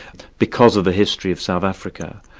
because of the history of south africa,